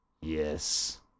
Yes